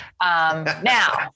Now